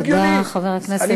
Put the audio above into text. תודה, חבר הכנסת חסון.